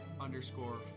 underscore